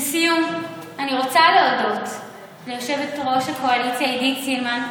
לסיום אני רוצה להודות ליושבת-ראש הקואליציה עידית סילמן,